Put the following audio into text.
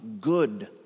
good